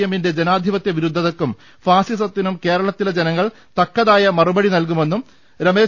എമ്മിന്റെ ജനാധിപത്യ വിരുദ്ധതക്കും ഫാസിസത്തിനും കേരളത്തിലെ ജനങ്ങൾ തക്കതായ മറുപടി നൽകുമെന്നും രമേശ് ചെന്നിത്തല പറഞ്ഞു